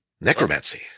necromancy